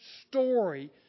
story